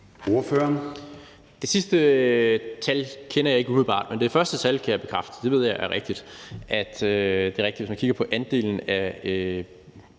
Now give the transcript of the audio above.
Det sidste tal kender jeg ikke umiddelbart, men det første tal kan jeg bekræfte. Jeg ved, det er rigtigt, at hvis man kigger på